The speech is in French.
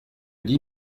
dix